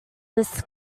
this